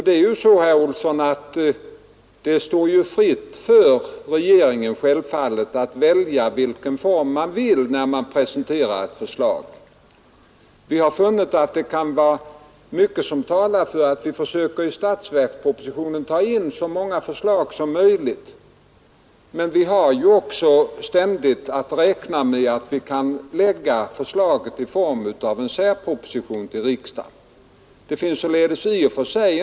Det står självfallet regeringen fritt, herr Olsson, att välja vilken form den vill för att presentera ett förslag. Vi försöker ta in så många förslag som möjligt i statsverkspropositionen, men vi måste också ständigt räkna med att vi blir tvungna att lägga fram förslag i form av särpropositioner till riksdagen.